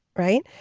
right?